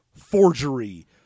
forgery